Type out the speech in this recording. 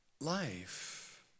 life